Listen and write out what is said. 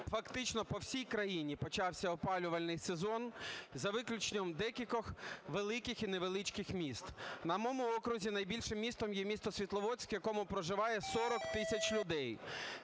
фактично по всій країні почався опалювальний сезон, за виключенням декількох великих і невеличких міст. На моєму окрузі найбільшим містом є місто Світловодськ, в якому проживає 40 тисяч людей,